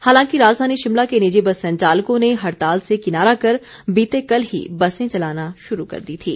हालांकि राजधानी शिमला के निजी बस संचालकों ने हड़ताल से किनारा कर बीते कल ही बसें चलाना शुरू कर दी थीं